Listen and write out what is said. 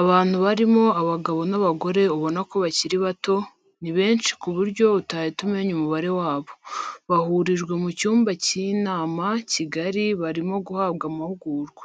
Abantu barimo abagabo n'abagore ubona ko bakiri bato, ni benshi ku buryo utahita umenya umubare wabo, bahurijwe mu cyumba cy'inama kigari barimo guhabwa amahugurwa,